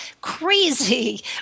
crazy